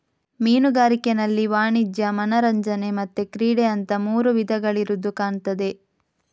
ಮೀನುಗಾರಿಕೆನಲ್ಲಿ ವಾಣಿಜ್ಯ, ಮನರಂಜನೆ ಮತ್ತೆ ಕ್ರೀಡೆ ಅಂತ ಮೂರು ವಿಧಗಳಿರುದು ಕಾಣ್ತದೆ